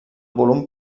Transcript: volum